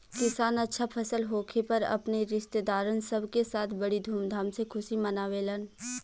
किसान अच्छा फसल होखे पर अपने रिस्तेदारन सब के साथ बड़ी धूमधाम से खुशी मनावेलन